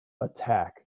attack